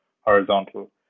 horizontal